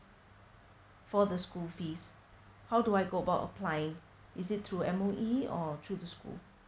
for the school fees how do I go about applying is it through M_O_E or through the school